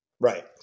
Right